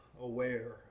aware